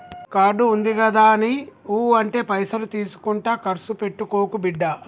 card ఉందిగదాని ఊ అంటే పైసలు తీసుకుంట కర్సు పెట్టుకోకు బిడ్డా